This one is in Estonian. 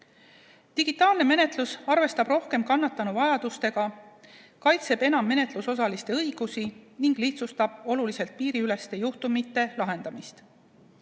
Digitaalne menetlus arvestab rohkem kannatanu vajadustega, kaitseb enam menetlusosaliste õigusi ning lihtsustab oluliselt piiriüleste juhtumite lahendamist.